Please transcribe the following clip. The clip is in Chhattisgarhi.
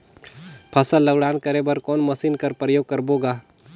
फसल ल उड़ान करे बर कोन मशीन कर प्रयोग करबो ग?